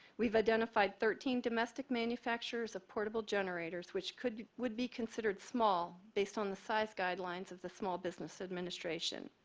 we've identified thirteen domestic manufacturers of portable generators which could would be considered small based on the size guidelines of the small business administration.